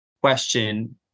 question